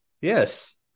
Yes